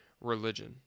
religion